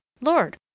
Lord